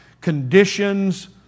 conditions